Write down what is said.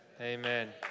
Amen